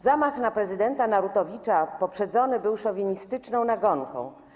Zamach na prezydenta Narutowicza poprzedzony był szowinistyczną nagonką.